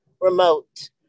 remote